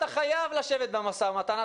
אתה חייב לשבת במשא ומתן.